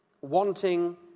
wanting